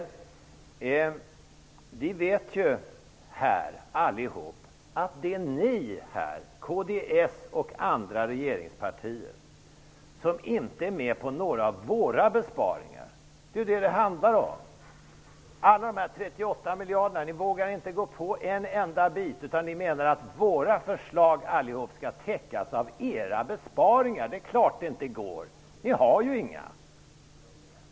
Här vet vi alla att det är kds och andra regeringspartier som inte är med på några av våra besparingar. Det är detta som det handlar om. När det gäller de 38 miljarderna vågar ni inte gå med på en enda bit. Ni menar att alla våra förslag skall täckas av era besparingar. Det är klart att det inte går. Ni har ju inga.